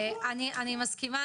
אני מסכימה,